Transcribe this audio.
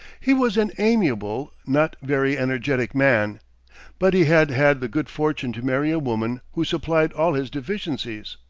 he was an amiable, not very energetic man but he had had the good fortune to marry a woman who supplied all his deficiencies.